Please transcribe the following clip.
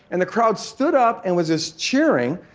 and the crowd stood up and was just cheering.